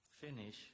finish